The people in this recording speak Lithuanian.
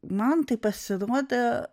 man taip pasirodė